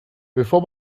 bevor